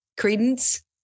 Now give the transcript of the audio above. Credence